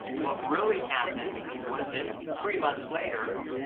what really happened was that three months later,